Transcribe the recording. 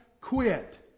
quit